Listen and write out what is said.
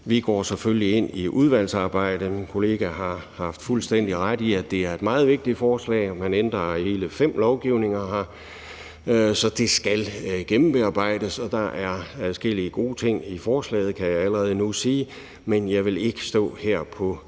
Vi går selvfølgelig ind i udvalgsarbejdet. Min kollega har haft fuldstændig ret i, at det er et meget vigtigt forslag. Man ændrer hele frem lovgivninger her, så det skal gennemarbejdes, og der er adskillige gode ting i forslaget, kan jeg allerede nu sige, men jeg vil ikke stå her med